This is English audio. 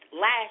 last